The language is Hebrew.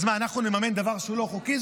אז מה, אנחנו נממן דבר שהוא לא חוקי?